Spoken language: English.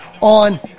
on